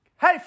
hey